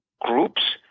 groups